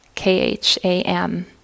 K-H-A-M